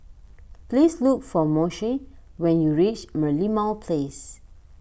please look for Moshe when you reach Merlimau Place